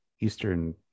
Eastern